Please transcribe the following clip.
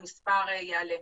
המספר יעלה.